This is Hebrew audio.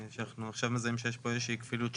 שאנחנו עכשיו מזהים שיש פה איזה שהיא כפילות,